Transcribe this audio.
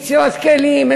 ליצירת כלים,